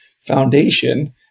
foundation